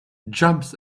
jumps